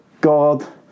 God